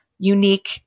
unique